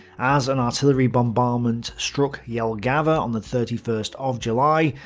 as an artillery bombardment struck jelgava on the thirty first of july,